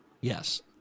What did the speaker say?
Yes